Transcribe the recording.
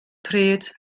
pryd